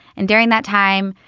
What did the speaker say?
and during that time,